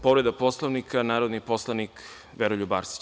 Povreda Poslovnika narodni poslanik Veroljub Arsić.